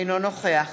אינו נוכח